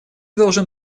должен